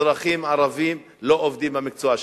אזרחים ערבים שלא עובדים במקצוע שלהם?